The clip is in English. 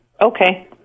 okay